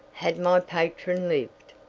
had my patron lived.